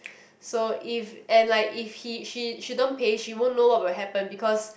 so if and like if he she she don't pay she won't know what will happen because